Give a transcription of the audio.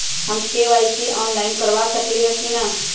हम KYC online करवा सकली ह कि न?